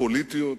פוליטיות